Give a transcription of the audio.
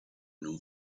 non